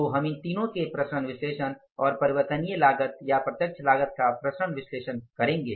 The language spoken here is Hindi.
तो हम इन तीनों के विचरण विश्लेषण और परिवर्तनीय लागत या प्रत्यक्ष लागत का विचरण विश्लेषण करेंगे